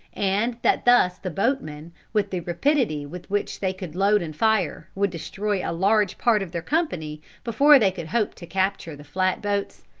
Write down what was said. and that thus the boatmen, with the rapidity with which they could load and fire, would destroy a large part of their company before they could hope to capture the flat boats,